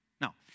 Now